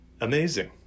amazing